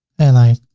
and i